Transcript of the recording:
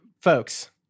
folks